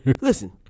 Listen